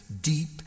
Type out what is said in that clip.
deep